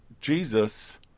Jesus